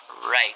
Right